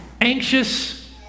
Anxious